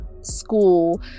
School